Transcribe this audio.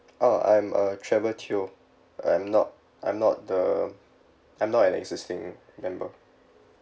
uh I'm uh trevor teo I'm not I'm not the I'm not an existing member